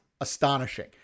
astonishing